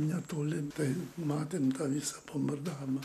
netoli tai matėm visą bombardavimą